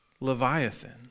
Leviathan